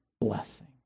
blessing